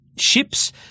Ships